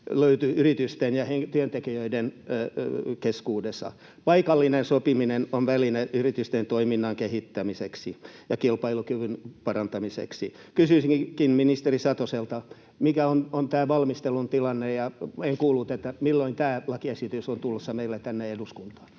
löytyy yritysten ja työntekijöiden keskuudesta. Paikallinen sopiminen on väline yritysten toiminnan kehittämiseksi ja kilpailukyvyn parantamiseksi. Kysyisinkin ministeri Satoselta: mikä on tämän valmistelun tilanne? En kuullut, milloin tämä lakiesitys on tulossa meille tänne eduskuntaan.